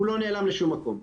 הוא לא נעלם לשום מקום.